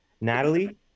natalie